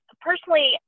personally